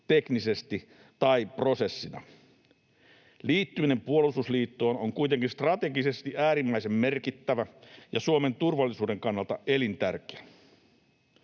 teknisesti tai prosessina. Liittyminen puolustusliittoon on kuitenkin strategisesti äärimmäisen merkittävä ja Suomen turvallisuuden kannalta elintärkeä.